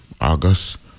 August